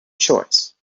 choice